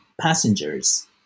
passengers